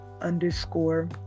underscore